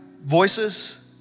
Voices